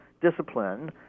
discipline